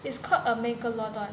is called a megalodon